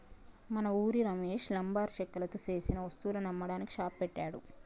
మన ఉరి రమేష్ లంబరు చెక్కతో సేసిన వస్తువులను అమ్మడానికి షాప్ పెట్టాడు